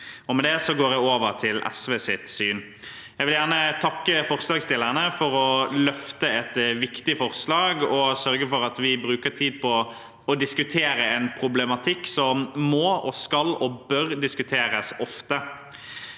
jeg over til SVs syn. Jeg vil gjerne takke forslagsstillerne for å løfte et viktig forslag og sørge for at vi bruker tid på å diskutere en problematikk som må, skal og bør diskuteres ofte.